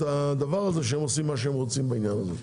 זה שהם עושים מה שהם רוצים בעניין הזה.